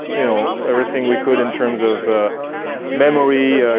you know, everything we could in terms of memory,